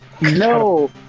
No